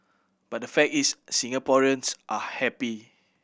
but the fact is Singaporeans are happy